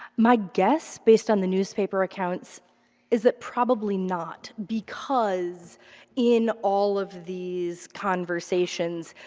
my guess based on the newspaper accounts is that probably not because in all of these conversations,